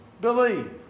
believe